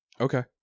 Okay